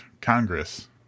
Congress